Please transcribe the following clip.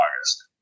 August